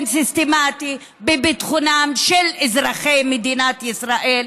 סיסטמטי בביטחונם של אזרחי מדינת ישראל,